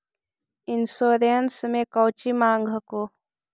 Insurance मे कौची माँग हको?